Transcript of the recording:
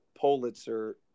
Pulitzer